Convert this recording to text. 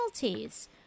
penalties